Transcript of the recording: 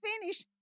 finish